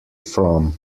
from